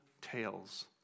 tales